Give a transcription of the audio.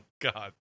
God